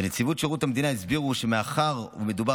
בנציבות שירות המדינה הסבירו שמאחר שמדובר